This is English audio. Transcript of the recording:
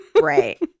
right